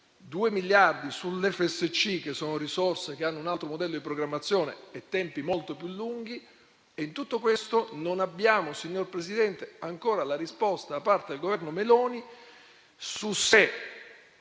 e coesione (FSC), che sono risorse che hanno un altro modello di programmazione e tempi molto più lunghi. In tutto questo non abbiamo, signor Presidente, ancora la risposta da parte del Governo Meloni alla